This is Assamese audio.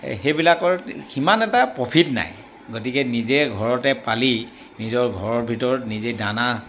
সেইবিলাকৰ সিমান এটা প্ৰফিট নাই গতিকে নিজে ঘৰতে পালি নিজৰ ঘৰৰ ভিতৰত নিজে দানা